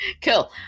Cool